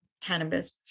cannabis